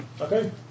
okay